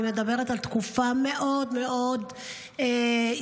אני מדברת על תקופה מאוד מאוד היסטורית,